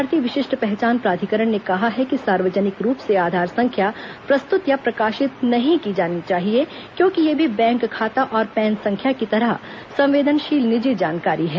भारतीय विशिष्ट पहचान प्राधिकरण ने कहा है कि सार्वजनिक रूप से आधार संख्या प्रस्तृत या प्रकाशित नहीं की जानी चाहिए क्योंकि यह भी बैंक खाता और पैन संख्या की तरह संवदेनशील निजी जानकारी है